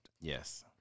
Yes